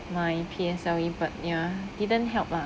my P_S_L_E but ya didn't help lah